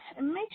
make